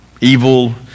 evil